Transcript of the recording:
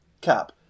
Cap